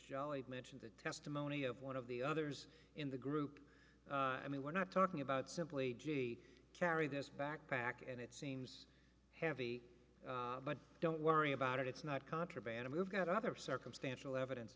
i mentioned the testimony of one of the others in the group i mean we're not talking about simply carry this backpack and it seems heavy but don't worry about it it's not contraband we've got other circumstantial evidence